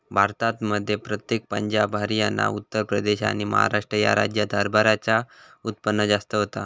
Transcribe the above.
भारतात मध्य प्रदेश, पंजाब, हरयाना, उत्तर प्रदेश आणि महाराष्ट्र ह्या राज्यांत हरभऱ्याचा उत्पन्न जास्त होता